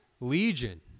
Legion